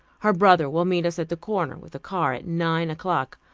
her brother will meet us at the corner with a car, at nine o'clock.